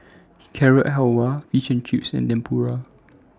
Carrot Halwa Fish and Chips and Tempura